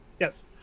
yes